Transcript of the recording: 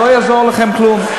לא יעזור לכם כלום.